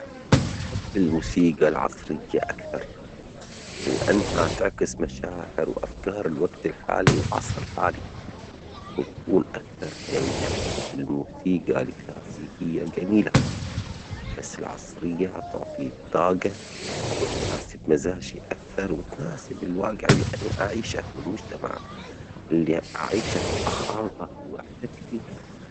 هل تفضل الاستماع إلى الموسيقى الكلاسيكية أم الموسيقى العصرية؟ ولماذا؟